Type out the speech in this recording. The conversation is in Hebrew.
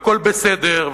והכול בסדר,